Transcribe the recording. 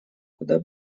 куда